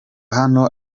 hano